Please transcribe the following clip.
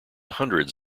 hundreds